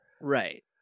Right